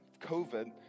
COVID